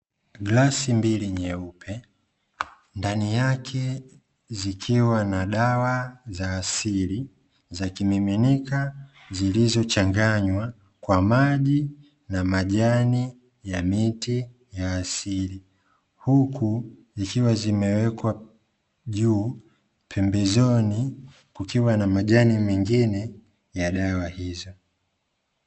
Glasi mbili nyeupe ndani yake zikiwa na dawa za asili za kimiminika, zilizochanganywa kwa maji na majani ya miti ya asili huku zikiwa zimewekwa juu pembezoni, kukiwa na majani mengine ya dawa hizo.